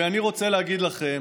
ואני רוצה להגיד לכם